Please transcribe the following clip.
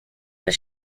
was